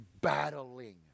battling